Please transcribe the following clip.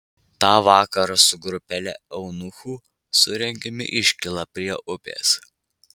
tą vakarą su grupele eunuchų surengėme iškylą prie upės